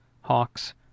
hawks